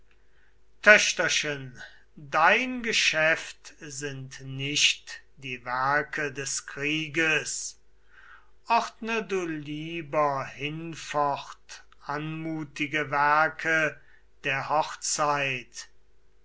töchterchen dein geschäft sind nicht die werke des krieges ordne du lieber hinfort anmutige werke der